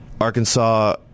Arkansas